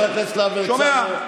שומע.